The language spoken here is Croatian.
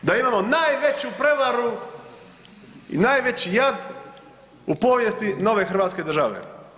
Da imamo najveću prevaru i najveći jad u povijesti nove hrvatske države.